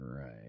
Right